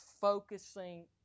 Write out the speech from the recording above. focusing